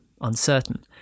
uncertain